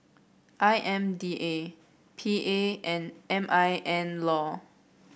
I M D A P A and M I N law